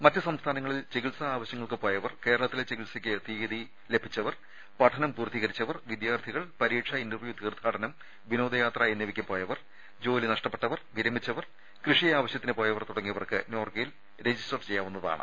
മറ്റ് സംസ്ഥാനങ്ങളിൽ ചികിത്സാ ആവശ്യങ്ങൾക്ക് പോയവർ കേരളത്തിലെ ചികിത്സയ്ക്ക് തീയതി ലഭിച്ചവർ പഠനം പൂർത്തീകരിച്ചവർ വിദ്യാർത്ഥികൾ പരീക്ഷ ഇന്റർവ്യൂ തീർത്ഥാടനം വിനോദയാത്ര എന്നിവയ്ക്ക് പോയവർ ജോലി നഷ്ടപ്പെട്ടവർ വിരമിച്ചവർ കൃഷി ആവശ്യത്തിന് പോയവർ തുടങ്ങിയവർക്ക് നോർക്കയിൽ രജിസ്റ്റർ ചെയ്യാവുന്നതാണ്